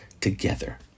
together